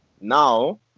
now